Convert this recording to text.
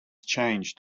changed